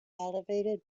elevated